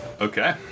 Okay